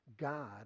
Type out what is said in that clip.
God